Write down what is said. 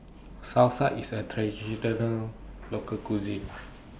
Salsa IS A Traditional Local Cuisine